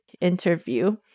interview